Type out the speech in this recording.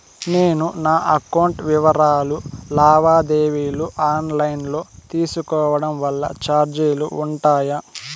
నేను నా అకౌంట్ వివరాలు లావాదేవీలు ఆన్ లైను లో తీసుకోవడం వల్ల చార్జీలు ఉంటాయా?